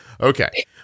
okay